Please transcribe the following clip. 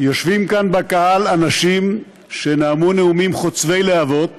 יושבים כאן בקהל אנשים שנאמו נאומים חוצבי להבות